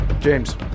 James